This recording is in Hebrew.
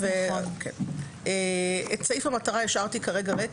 את סעיף המטרה השארתי ריק,